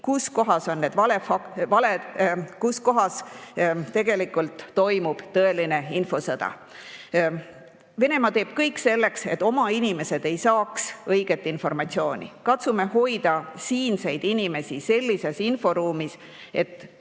kus kohas on need valed, kus kohas toimub tõeline infosõda. Venemaa teeb kõik selleks, et oma inimesed ei saaks õiget informatsiooni. Katsume hoida siinseid inimesi sellises inforuumis, et